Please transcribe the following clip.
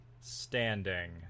standing